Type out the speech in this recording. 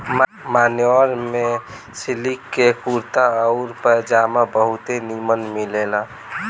मान्यवर में सिलिक के कुर्ता आउर पयजामा बहुते निमन मिलेला